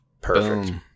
Perfect